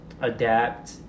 adapt